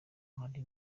hari